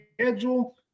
schedule